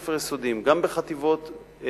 בבתי-ספר יסודיים וגם בחטיבות-ביניים.